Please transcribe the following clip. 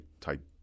type